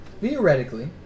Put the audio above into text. theoretically